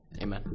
Amen